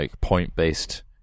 point-based